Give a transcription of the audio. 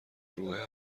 روح